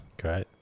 Great